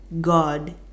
God